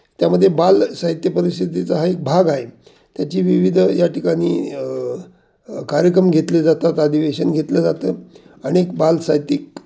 त्यामध्ये बाल साहित्य परिषदेचा हा एक भाग आहे त्याची विविध या ठिकाणी कार्यक्रम घेतले जातात आधिवेशन घेतलं जातं अनेक बाल साहित्यिक